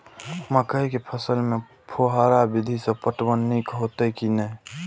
मकई के फसल में फुहारा विधि स पटवन नीक हेतै की नै?